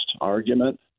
argument